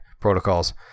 protocols